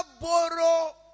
borrow